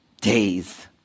days